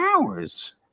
hours